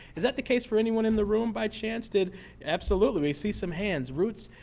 is that the case for anyone in the room, by chance? did absolutely, we see some hands. roots